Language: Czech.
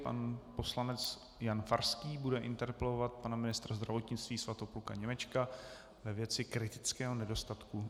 Pan poslanec Jan Farský bude interpelovat pana ministra zdravotnictví Svatopluka Němečka ve věci kritického nedostatku lékařů.